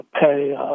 pay